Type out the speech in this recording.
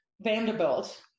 Vanderbilt